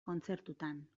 kontzertutan